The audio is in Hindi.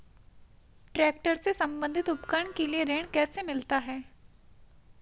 ट्रैक्टर से संबंधित उपकरण के लिए ऋण कैसे मिलता है?